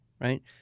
right